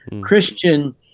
Christian